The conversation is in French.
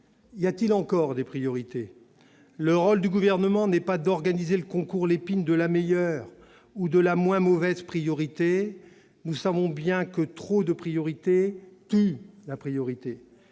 y a-t-il encore des priorités ? Le rôle du Gouvernement n'est pas d'organiser le concours Lépine de la meilleure ou de la moins mauvaise priorité. Nous savons bien que trop de priorités tue la priorité